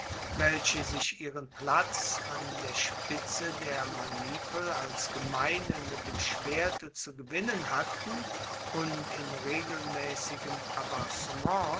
welche sich ihren platz an der spitze der manipel als gemeine mit dem schwerte zu gewinnen hatten und in